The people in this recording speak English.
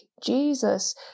jesus